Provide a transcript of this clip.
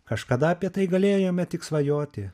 kažkada apie tai galėjome tik svajoti